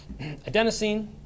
adenosine